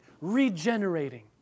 regenerating